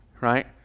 right